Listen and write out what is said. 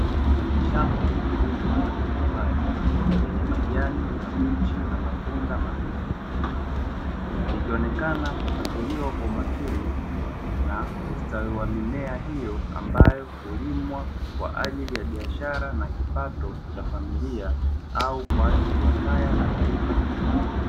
Shamba kubwa la mipapai lenye majani mabichi na matunda mabivu, likionekana kufatiliwa kwa makini na ustawi wa mimea hiyo ambayo hulimwa kwa ajili ya biashara na kipato cha familia au kwa ajili ya kaya na taifa kiujumla.